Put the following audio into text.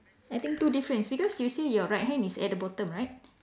I think two difference because you say your right hand is at the bottom right